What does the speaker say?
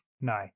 no